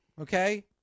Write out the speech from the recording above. Okay